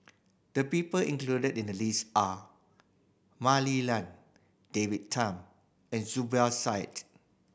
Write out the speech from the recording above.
the people included in the list are Mah Li Lian David Tham and Zubir Said